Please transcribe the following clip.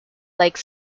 like